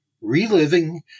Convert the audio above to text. Reliving